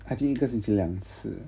I think 一个星期两次